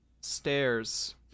Stairs